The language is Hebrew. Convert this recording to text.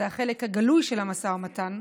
זה החלק הגלוי של המשא ומתן,